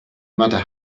matter